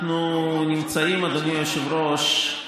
אנחנו נמצאים, אדוני היושב-ראש,